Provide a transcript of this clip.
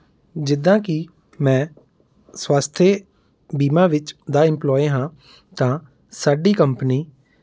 ਜਿੱਦਾਂ ਕਿ ਮੈਂ ਸਵਾਸਥ ਬੀਮਾ ਵਿੱਚ ਦਾ ਇੰਮਪਲੋਏ ਹਾਂ ਤਾਂ ਸਾਡੀ ਕੰਪਨੀ